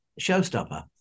showstopper